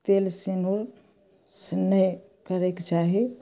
तेल सिनूर से नहि करैके चाही